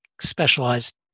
specialized